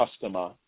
customer